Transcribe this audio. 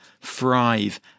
thrive